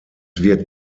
wird